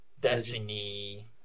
Destiny